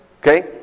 Okay